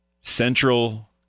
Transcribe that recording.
central